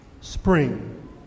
Spring